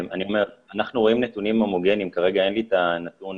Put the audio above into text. יש הבדל